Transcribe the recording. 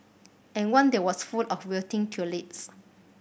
and one there was full of wilting tulips